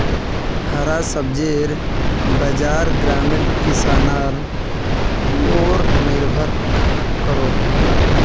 हरा सब्जिर बाज़ार ग्रामीण किसनर पोर निर्भर करोह